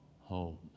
home